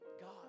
God